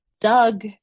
Doug